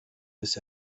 bis